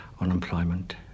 unemployment